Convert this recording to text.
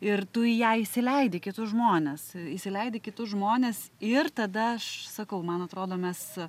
ir tu į ją įsileidi kitus žmones įsileidi kitus žmones ir tada aš sakau man atrodo mes